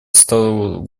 стал